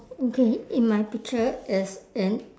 okay in my picture is in